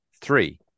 three